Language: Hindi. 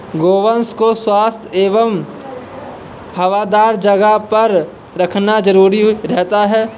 गोवंश को स्वच्छ एवं हवादार जगह पर रखना जरूरी रहता है